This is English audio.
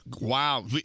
wow